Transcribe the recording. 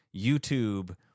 YouTube